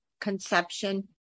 Conception